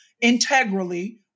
integrally